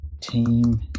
team